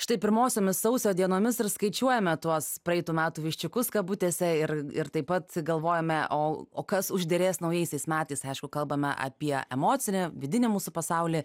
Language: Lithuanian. štai pirmosiomis sausio dienomis ir skaičiuojame tuos praeitų metų viščiukus kabutėse ir ir taip pat galvojame o o kas užderės naujaisiais metais aišku kalbame apie emocinį vidinį mūsų pasaulį